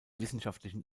wissenschaftlichen